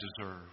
deserve